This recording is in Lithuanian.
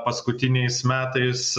paskutiniais metais